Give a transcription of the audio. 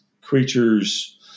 creatures